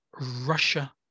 Russia